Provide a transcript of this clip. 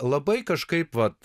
labai kažkaip vat